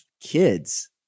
kids